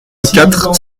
quatre